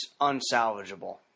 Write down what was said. unsalvageable